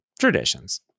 traditions